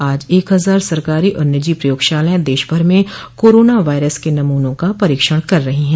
आज एक हजार सरकारी और निजी प्रयोगशालाएं देशभर में कोरोना वायरस के नमूनों का परीक्षण कर रही हैं